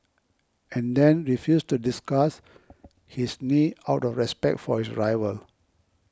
and then refused to discuss his knee out of respect for his rival